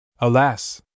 Alas